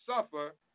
suffer